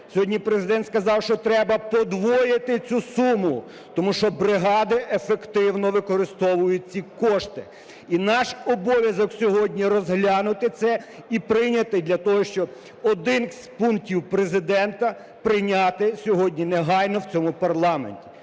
Сьогодні Президент сказав, що треба подвоїти цю суму, тому що бригади ефективно використовують ці кошти. І наш обов'язок сьогодні розглянути це, і прийняти для того, щоб один з пунктів Президента прийняти сьогодні негайно в цьому парламенті.